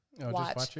Watch